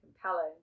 compelling